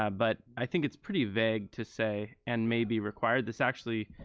ah but i think it's pretty vague to say and may be required. this actually,